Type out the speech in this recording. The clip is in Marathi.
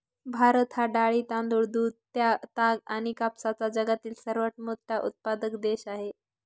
भारत हा डाळी, तांदूळ, दूध, ताग आणि कापसाचा जगातील सर्वात मोठा उत्पादक देश आहे